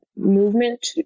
movement